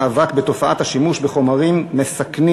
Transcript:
נעבור עכשיו להצעת חוק המאבק בתופעת השימוש בחומרים מסכנים,